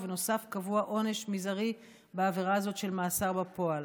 ובנוסף קבוע עונש מזערי בעבירה הזאת של מאסר בפועל.